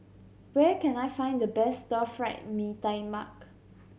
where can I find the best Stir Fry Mee Tai Mak